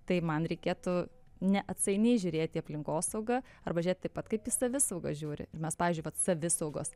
tai man reikėtų ne atsainiai žiūrėti į aplinkosaugą arba žiūrėt taip pat kaip į savisaugą žiūri ir mes pavyzdžiui vat savisaugos